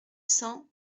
cent